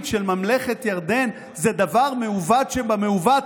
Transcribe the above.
של ממלכת ירדן זה דבר מעוות שבמעוות,